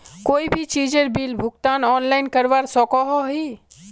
कोई भी चीजेर बिल भुगतान ऑनलाइन करवा सकोहो ही?